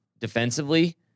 defensively